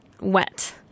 wet